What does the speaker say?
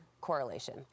correlation